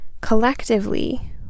Collectively